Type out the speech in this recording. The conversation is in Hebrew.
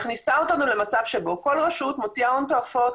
מכניסה אותנו למצב שבו כל רשות מוציאה הון תועפות,